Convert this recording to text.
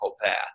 path